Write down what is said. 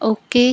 okay